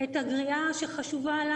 של הגן הלאומי,